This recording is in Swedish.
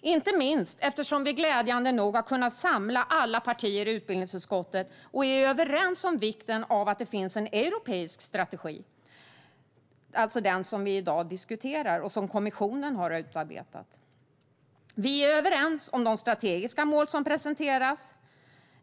inte minst eftersom vi glädjande nog har kunnat samla alla partier i utbildningsutskottet och är överens om vikten av att det finns en europeisk strategi, alltså den som vi i dag diskuterar och som kommissionen har utarbetat. Vi är överens om de strategiska mål som presenterats.